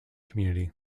community